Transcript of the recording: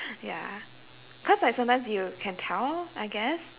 ya cause like sometimes you can tell I guess